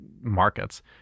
markets